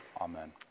Amen